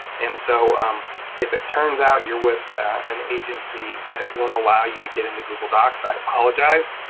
and so um if it turns out you're with an agency that won't allow you to get into google docs, i apologize.